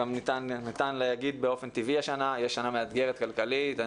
גם ניתן להגיד באופן טבעי השנה שתהיה שנה מאתגרת כלכלית,